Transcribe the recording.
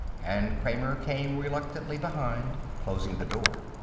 and kramer came reluctantly behind, closing the door.